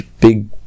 big